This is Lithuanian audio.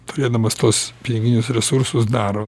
turėdamas tuos piniginius resursus daro